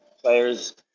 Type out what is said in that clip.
players